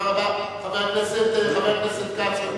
חבר הכנסת כץ.